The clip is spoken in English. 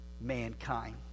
mankind